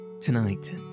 Tonight